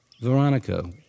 Veronica